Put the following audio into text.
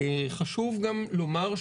חשוב גם לומר,